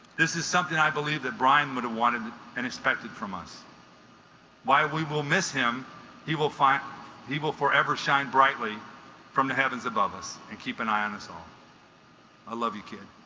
this is something i believe that brian would have wanted and expected from us why we will miss him he will find evil forever shined brightly from the heavens above us and keep an eye on us all i love you kid